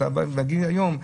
ואתה מגיע היום,